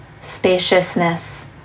spaciousness